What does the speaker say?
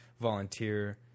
volunteer